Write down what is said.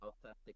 authentic